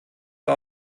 der